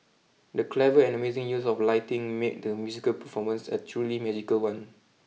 the clever and amazing use of lighting made the musical performance a truly magical one